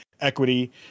equity